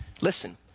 Listen